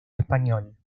español